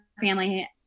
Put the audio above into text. family